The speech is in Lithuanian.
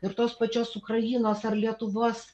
ir tos pačios ukrainos ar lietuvos